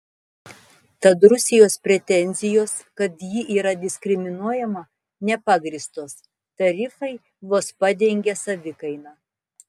tad rusijos pretenzijos kad ji yra diskriminuojama nepagrįstos tarifai vos padengia savikainą